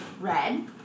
red